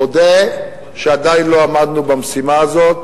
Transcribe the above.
אודה שעדיין לא עמדנו במשימה הזאת,